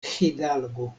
hidalgo